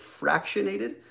fractionated